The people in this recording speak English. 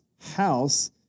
house